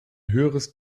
höheres